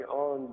on